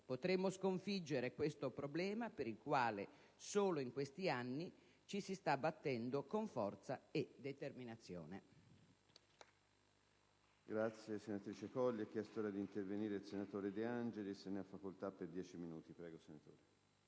potremo sconfiggere questo problema, per il quale solo in questi anni ci si sta battendo con forza e determinazione.